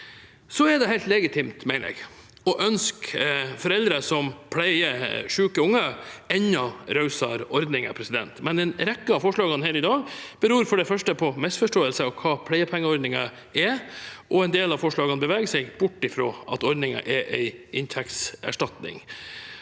mener det er helt legitimt å ønske foreldre som pleier syke unger, enda rausere ordninger, men en rekke av forslagene her i dag beror på misforståelser om hva pleiepengeordningen er. En del av forslagene beveger seg bort fra at ordningen er en inntektserstatning.